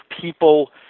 people